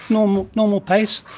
normal normal pace.